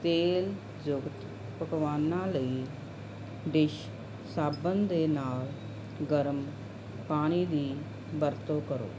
ਤੇਲ ਯੁਕਤ ਪਕਵਾਨਾਂ ਲਈ ਡਿਸ਼ ਸਾਬਣ ਦੇ ਨਾਲ ਗਰਮ ਪਾਣੀ ਦੀ ਵਰਤੋਂ ਕਰੋ